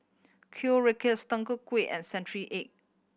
Kuih Rengas Tutu Kueh and century egg